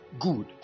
Good